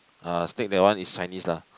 uh snake that one is Chinese lah